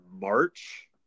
March